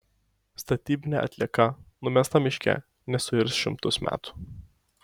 statybinė atlieka numesta miške nesuirs šimtus metų